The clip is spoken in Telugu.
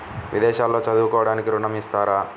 విదేశాల్లో చదువుకోవడానికి ఋణం ఇస్తారా?